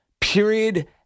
Period